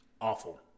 awful